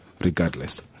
regardless